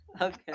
Okay